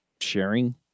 sharing